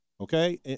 okay